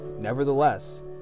Nevertheless